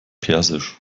persisch